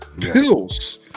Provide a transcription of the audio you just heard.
pills